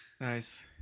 nice